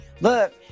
Look